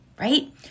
right